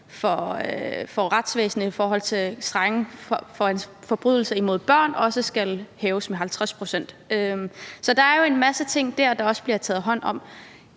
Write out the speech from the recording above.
for retsvæsenet, at straffe for forbrydelser imod børn skal hæves med 50 pct. Så der er jo en masse ting dér, der også bliver taget hånd om.